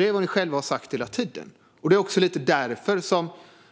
Det är vad ni själva har sagt hela tiden, bland annat i tidigare budgetunderlag. Det är också lite därför som